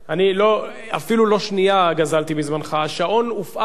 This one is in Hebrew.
אני אפילו לא שנייה גזלתי מזמנך, השעון הופעל עוד